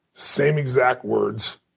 same exact words,